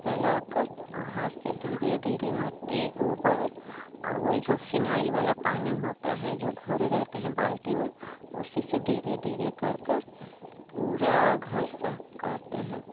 फैलाकर और हाथ से धीरे धीरे मट्टी गोबर और वही जो फिनाइल वाला पानी होता है जो घोले रहते हैं बाल्टी में उसी से धीरे धीरे कर कर पूरा घर साफ़ करते हैं